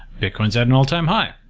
bitcoin set an all time high,